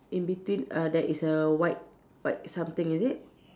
in between err there is a white white something is it